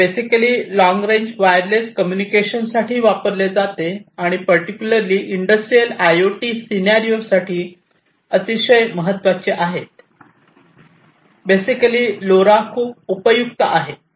हे basically long range wireless communication साठी वापरले जाते आणि पर्टिक्युलरली इंडस्ट्रियल आयओटी सीनारिओ साठी अतिशय महत्त्वाचे आहे बेसिकली लोरा खूप उपयुक्त आहे